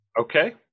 Okay